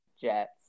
Jets